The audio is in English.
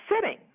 sitting